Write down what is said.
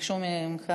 ביקשו ממך,